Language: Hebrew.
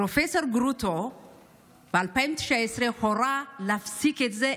פרופ' גרוטו הורה ב-2019 להפסיק את זה.